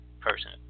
person